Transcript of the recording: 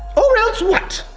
or else what?